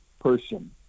person